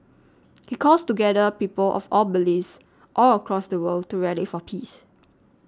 he calls together people of all beliefs all across the world to rally for peace